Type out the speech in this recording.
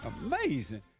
Amazing